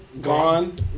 gone